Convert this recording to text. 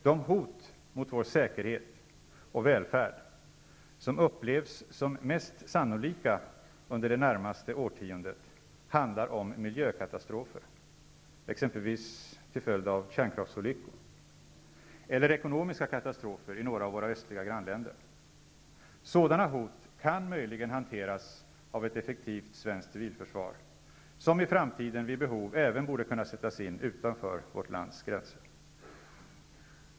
De hot mot vår säkerhet och välfärd som upplevs som mest sannolika under det närmaste årtiondet handlar om miljökatastrofer exempelvis till följd av kärnkraftsolyckor -- eller ekonomiska katastrofer i några av våra östliga grannländer. Sådana hot kan möjligen hanteras av ett effektivt svenskt civilförsvar, som i framtiden vid behov även borde kunna sättas in utanför vårt lands gränser.